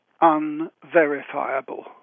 unverifiable